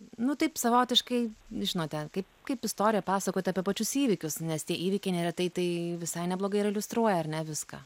nu taip savotiškai žinote kaip kaip istoriją pasakoti apie pačius įvykius nes tie įvykiai neretai tai visai neblogai ir iliustruoja ar ne viską